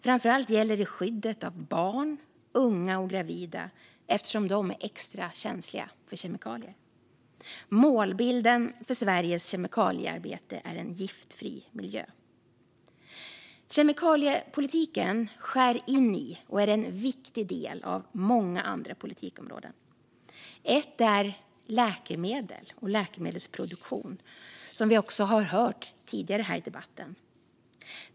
Framför allt gäller det skyddet av barn, unga och gravida, eftersom de är extra känsliga för kemikalier. Målbilden för Sveriges kemikaliearbete är en giftfri miljö. Kemikaliepolitiken skär in i, och är en viktig del av, många andra politikområden. Ett av dem är läkemedel och läkemedelsproduktion, som vi också har hört tidigare här i debatten.